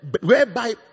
whereby